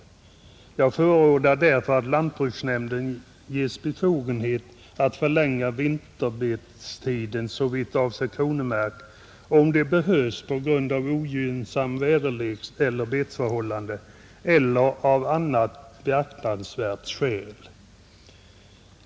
Jag förordar därför att lantbruksnämnden ges befogenhet att förlänga vinterbetestiden såvitt avser kronomark, om det behövs på grund av ogynnsamma väderlekseller betesförhållanden eller av annat beaktansvärt skäl.